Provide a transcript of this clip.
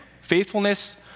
Faithfulness